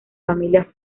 familia